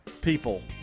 people